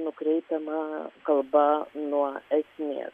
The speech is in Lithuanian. nukreipiama kalba nuo esmės